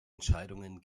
entscheidungen